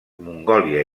mongòlia